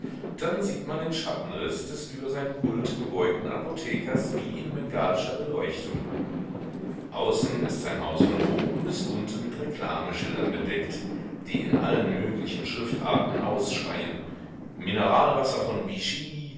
dann sieht man den schattenriß des über sein pult gebeugten apothekers wie in bengalischer beleuchtung außen ist sein haus von oben bis unten mit reklameschildern bedeckt die in allen möglichen schriftarten ausschreien mineralwasser von vichy